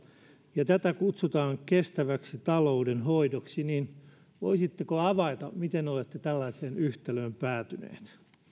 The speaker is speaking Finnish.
ja tätä kutsutaan kestäväksi taloudenhoidoksi niin voisitteko avata miten olette tällaiseen yhtälöön päätyneet